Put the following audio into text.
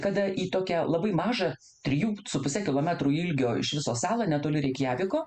kada į tokią labai mažą trijų su puse kilometrų ilgio iš viso salą netoli reikjaviko